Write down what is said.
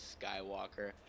Skywalker